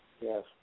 Yes